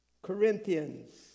Corinthians